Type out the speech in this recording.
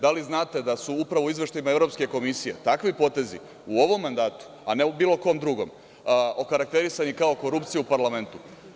Da li znate da su upravo u izveštajima Evropske komisije takvi potezi u ovom mandatu, a ne u bilo kom drugom okarakterisani kao korupcija u parlamentu.